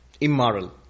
immoral